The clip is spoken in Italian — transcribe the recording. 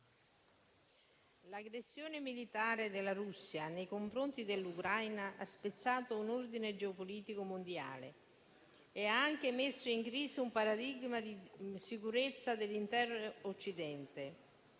l'aggressione militare della Russia nei confronti dell'Ucraina ha spezzato un ordine geopolitico mondiale e ha anche messo in crisi un paradigma di sicurezza dell'intero Occidente.